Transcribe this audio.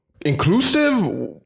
inclusive